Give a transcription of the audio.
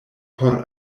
por